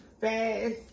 fast